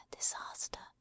disaster